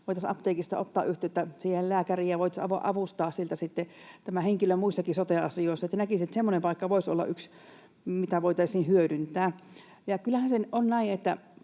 voitaisiin apteekista ottaa yhteyttä siihen lääkäriin ja voitaisiin avustaa siellä sitten tätä henkilöä muissakin sote-asioissa. Näkisin, että semmoinen paikka voisi olla yksi, mitä voitaisiin hyödyntää. Ja kyllähän se on näin,